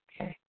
Okay